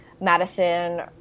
Madison